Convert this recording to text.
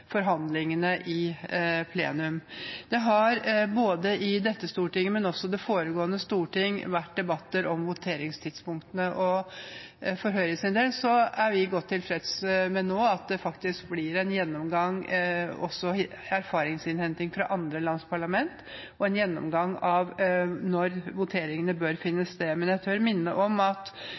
forhandlingene i plenum. Det har både i dette storting og i det foregående storting vært debatter om voteringstidspunktene. For Høyres del er vi nå godt tilfreds med at det faktisk blir erfaringsinnhenting fra andre lands parlamenter og en gjennomgang av når voteringene bør finne sted. Jeg tør minne om at